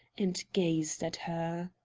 and gazed at her.